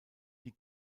die